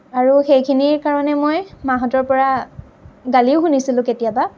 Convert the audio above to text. আৰু সেইখিনিৰ কাৰণে মই মাহতঁৰ পৰা গালিও শুনিছিলোঁ কেতিয়াবা